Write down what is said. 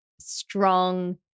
strong